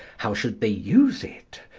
how should they use it?